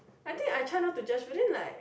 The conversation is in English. I think I try not to judge but then like